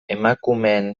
emakumeen